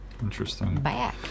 Interesting